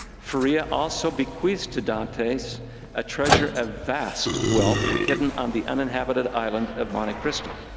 faria also bequeaths to dantes a treasure of vast wealth hidden on the uninhabited island of monte cristo,